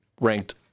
ranked